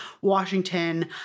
Washington